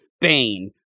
Bane